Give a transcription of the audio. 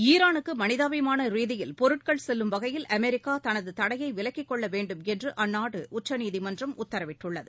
ஈரானுக்கு மனிதாபிமான ரீதியிலான பொருட்கள் செல்லும் வகையில் அமெரிக்கா தனது தடையை விலக்கிக்கொள்ளும் என்று அந்நாட்டு உச்சநீதிமன்றம் உத்தரவிட்டுள்ளது